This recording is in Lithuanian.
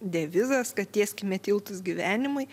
devizas kad tieskime tiltus gyvenimui